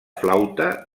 flauta